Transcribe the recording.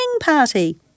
party